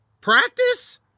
practice